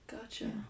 Gotcha